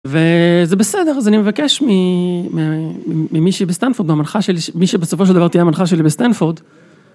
וזה בסדר, אז אני מבקש ממישהי בסטנפורד, מהמנחה שלי, מי שבסופו של דבר תהיה המנחה שלי בסטנפורד.